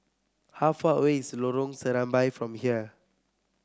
how far away is Lorong Serambi from here